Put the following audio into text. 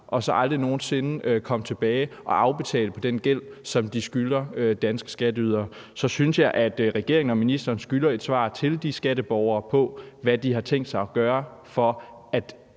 og så aldrig nogen sinde komme tilbage og betale af på den gæld, som de har til danske skatteydere, så synes jeg, at regeringen og ministeren skylder skatteborgerne et svar på, hvad man har tænkt sig at gøre, for at